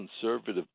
conservative